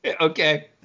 okay